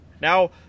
Now